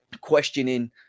questioning